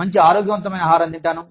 మంచి ఆరోగ్యవంతమైన ఆహారం తింటాను